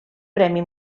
premi